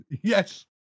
yes